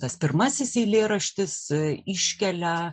tas pirmasis eilėraštis iškelia